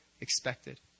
expected